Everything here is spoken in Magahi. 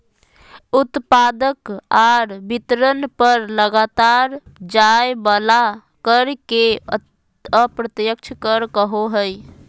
उत्पादक आर वितरक पर लगाल जाय वला कर के अप्रत्यक्ष कर कहो हइ